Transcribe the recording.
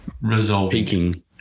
resolving